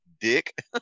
dick